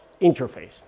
interface